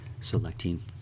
selecting